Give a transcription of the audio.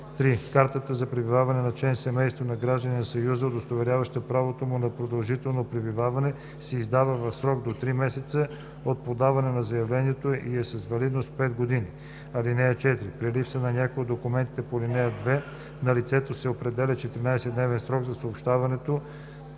(3) Картата за пребиваване на член на семейството на гражданин на Съюза, удостоверяваща правото му на продължително пребиваване, се издава в срок до три месеца от подаване на заявлението и е с валидност 5 години. (4) При липса на някой от документите по ал. 2 на лицето се определя 14-дневен срок от съобщаването